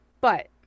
But-